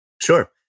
sure